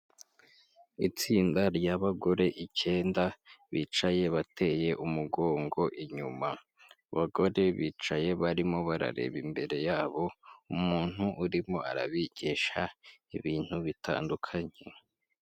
Itsinda ry'abagore icyenda bicaye bateye umugongo inyuma, abagore bicaye barimo barareba imbere yabo umuntu urimo arabigisha ibintu bitandukanye.